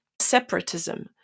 separatism